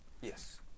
Yes